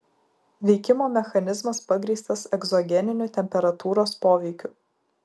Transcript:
veikimo mechanizmas pagrįstas egzogeniniu temperatūros poveikiu